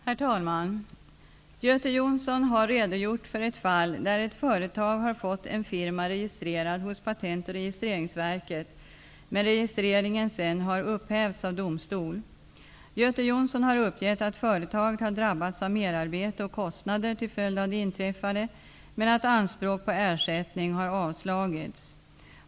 Herr talman! Göte Jonsson har redogjort för ett fall där ett företag har fått en firma registrerad hos Patent och registreringsverket men registreringen sedan har upphävts av domstol. Göte Jonsson har uppgett att företaget har drabbats av merarbete och kostnader till följd av det inträffade men att anspråk på ersättning har avslagits.